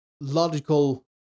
logical